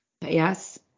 Yes